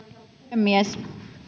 puhemies